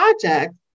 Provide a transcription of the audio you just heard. project